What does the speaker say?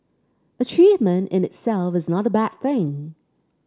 achievement in itself is not a bad thing